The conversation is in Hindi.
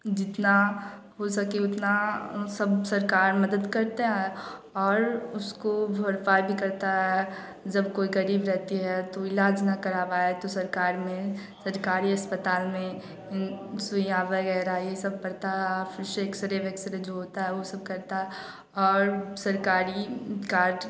जितना हो सके उतना सरकार मदद करती है और उसको भरपाई भी करती है जब कोई गरीब रहती है तो इलाज ना करा पाए तो सरकार ने सरकारी अस्पताल में सुइयाँ वगैरह यह सब पड़ता एक्सरे वेक्सरे जो होता वह सब करता और सरकारी कार्ड